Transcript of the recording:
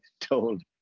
told